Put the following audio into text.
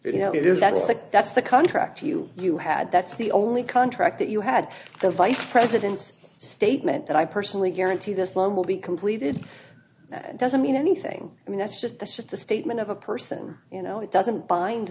the that's the contract you you had that's the only contract that you had the vice president's statement that i personally guarantee this loan will be completed doesn't mean anything i mean that's just that's just a statement of a person you know it doesn't bind